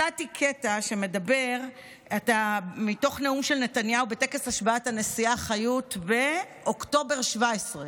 מצאתי קטע מתוך נאום של נתניהו בטקס השבעת הנשיאה חיות באוקטובר 2017,